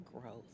growth